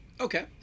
okay